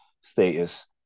status